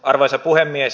arvoisa puhemies